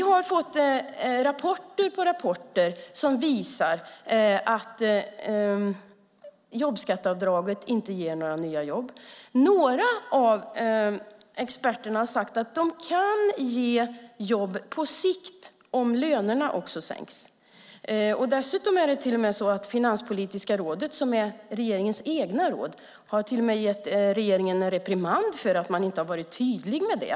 Vi har fått rapport efter rapport som visar att jobbskatteavdraget inte ger några nya jobb. Några av experterna har sagt att jobbskatteavdraget kan ge jobb på sikt om lönerna också sänks. Det är till och med så att Finanspolitiska rådet, som är regeringens eget råd, har gett regeringen en reprimand för att man inte har varit tydlig med det.